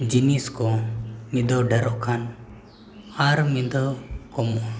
ᱡᱤᱱᱤᱥ ᱠᱚ ᱢᱤᱫ ᱫᱷᱟᱣ ᱰᱷᱮᱨᱚᱜ ᱠᱷᱟᱱ ᱟᱨ ᱢᱤᱫ ᱫᱷᱟᱣ ᱠᱚᱢᱚᱜᱼᱟ